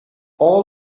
all